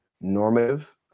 normative